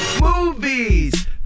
Movies